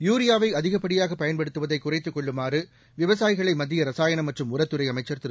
யூரியாவை அதிகப்படியாக பயன்படுத்துவதை குறைத்துக் கொள்ளுமாறு விவசாயிகளை மத்திய ரசாயனம் மற்றும் உரத்துறை அமைச்சர் திரு